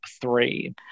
three